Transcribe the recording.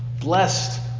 Blessed